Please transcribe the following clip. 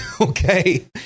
okay